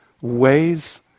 ways